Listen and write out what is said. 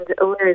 owners